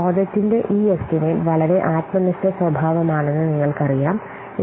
പ്രോജക്റ്റിന്റെ ഈ എസ്റ്റിമേറ്റ് വളരെ ആത്മനിഷ്ഠ സ്വഭാവമാണെന്ന് നിങ്ങൾക്കറിയാം